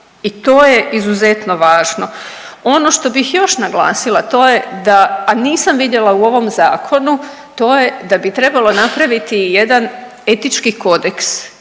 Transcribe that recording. i to je izuzetno važno. Ono što bih još naglasila to je da, a nisam vidjela u ovom zakonu, to je da bi trebalo napraviti i jedan etički kodeks